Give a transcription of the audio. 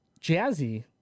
Jazzy